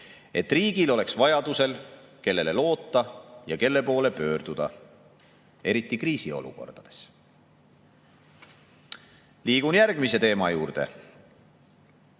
et riigil oleks vajadusel kellele loota ja kelle poole pöörduda, eriti kriisiolukordades."Liigun järgmise teema juurde.